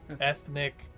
ethnic